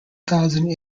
thousand